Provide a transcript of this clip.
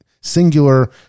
singular